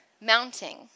mounting